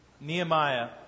Nehemiah